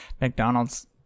McDonald's